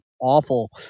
awful